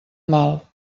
mal